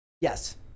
Yes